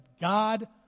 God